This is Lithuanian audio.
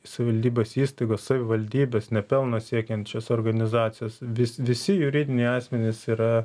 savivaldybės įstaigos savivaldybės nepelno siekiančios organizacijos vis visi juridiniai asmenys yra